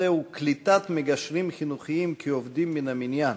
הנושא הוא: קליטת מגשרים חינוכיים כעובדים מן המניין.